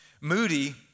Moody